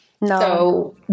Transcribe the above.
No